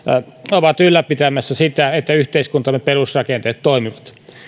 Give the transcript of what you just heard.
ovat ylläpitämässä sitä että yhteiskuntamme perusrakenteet toimivat